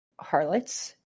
Harlots